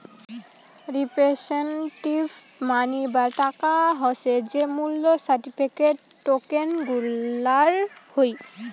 representative money বা টাকা হসে যে মূল্য সার্টিফিকেট, টোকেন গুলার হই